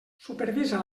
supervisa